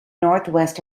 northwest